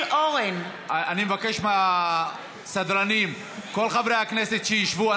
אני מבקש מהסדרנים, כל חברי הכנסת שישבו.